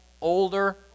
older